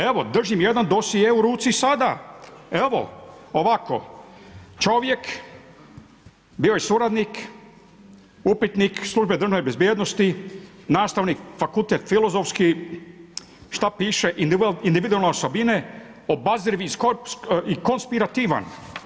Evo držim jedan dosje u ruci i sada, evo ovako, čovjek bio je suradnik, upitnik, Službe državne bezbjednosti, nastavnik, fakultet filozofski, šta piše, individualne osobine, obazriv i konspirativan.